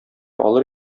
алыр